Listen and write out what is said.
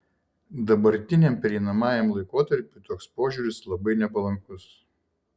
dabartiniam pereinamajam laikotarpiui toks požiūris labai nepalankus